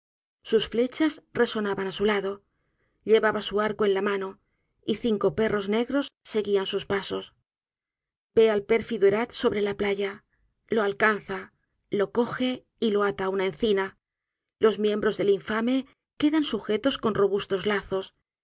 sus flechas resonaban á su lado llevaba su arco en la mano y cinco perros negros seguían sus pasos ve al pérfido erath sobre la playa lo alcanza lo coge y lo ata á una encina los miembros del infame quedan sujetos con robustos lazos